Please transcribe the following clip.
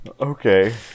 Okay